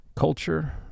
culture